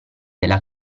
della